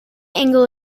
angle